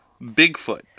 bigfoot